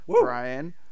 Brian